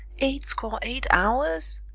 eight score eight hours?